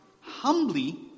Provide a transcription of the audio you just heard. humbly